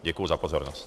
Děkuji za pozornost.